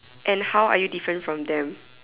and how are you different from them